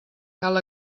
cal